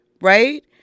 right